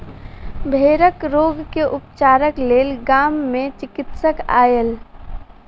भेड़क रोग के उपचारक लेल गाम मे चिकित्सक आयल